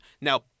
Now